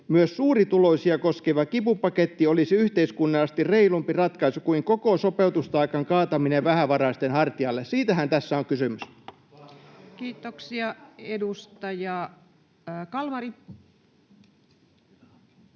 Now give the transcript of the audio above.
”Myös suurituloisia koskeva kipupaketti olisi yhteiskunnallisesti reilumpi ratkaisu kuin koko sopeutustaakan kaataminen vähävaraisten hartioille.” Siitähän tässä on kysymys. Kiitoksia. — Edustaja Kalmari.